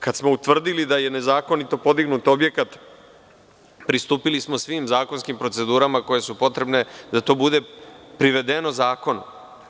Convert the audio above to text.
Kada smo utvrdili da je nezakonito podignut objekat, pristupili smo svim zakonskim procedurama koje su potrebne da to bude privedeno zakonu.